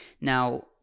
Now